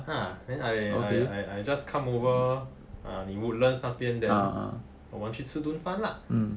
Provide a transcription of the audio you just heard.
ah then I I just come over 你 woodlands 那边 then 我们去吃顿饭 lah